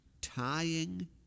tying